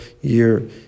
year